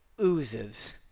oozes